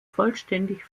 vollständig